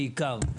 בעיקר,